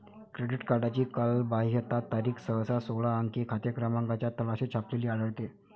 credit कार्डची कालबाह्यता तारीख सहसा सोळा अंकी खाते क्रमांकाच्या तळाशी छापलेली आढळते